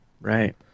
Right